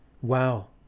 wow